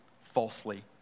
falsely